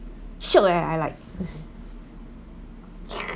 shiok eh I like